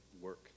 work